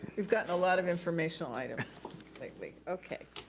we've gotten a lot of informational items lately. okay,